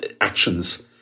actions